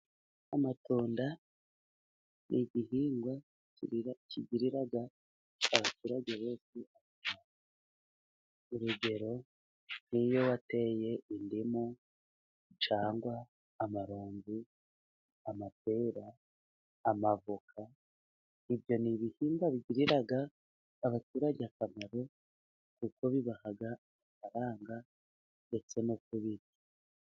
Amatunda ni igihingwa kigirira abaturage benshi akamaro ,urugero nk'iyo wateye indimu, cyangwa amaronji, amapera ,amavoka, ibyo ni ibihingwa bigirira abaturage akamaro kuko bibaha amafaranga ndetse no kubirya.